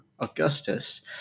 augustus